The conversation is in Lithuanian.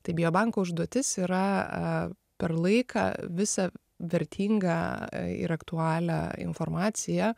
tai biobanko užduotis yra per laiką visą vertingą ir aktualią informaciją